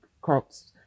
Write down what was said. crops